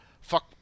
fuck